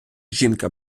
жінка